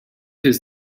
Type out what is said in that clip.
his